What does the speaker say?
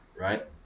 right